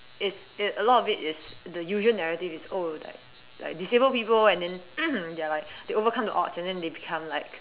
it's it a lot of is the usual narrative is oh like like disabled people and then they are like they overcome the odds and then they become like